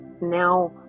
Now